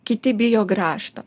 kiti bijo grąžto